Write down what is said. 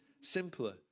simpler